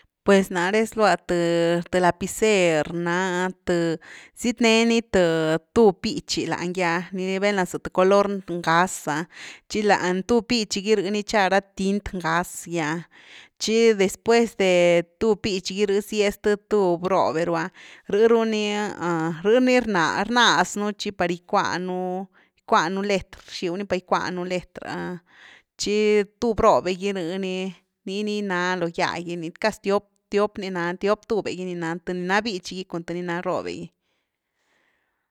Pues naré zlua th-th lapicer na ah. th zyet neni th tub bítchy lany gy ah velna za th color ngaz ‘a tchi lany tub bitchy gi ni rh ni tcha ra tint ngaz gy’a tchi después de tub bitchu gy rh zied zth tub robe ru ‘a rh runi rnaz- náznu tchi par gickuanu gickuanu letr rxiw ni par gickuanu letr ah, tchi tub robe gy rh ni nii ni na lo gia gy casi tiop´- tiop ni nany tiop tuve gi ni nany, th ni na bitchy gy cun th ni na robe gy.